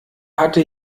hatte